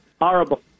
Horrible